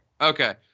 Okay